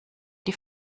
die